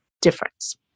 difference